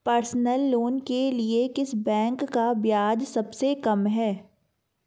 Personal loan के लिए किस बैंक का ब्याज सबसे कम है?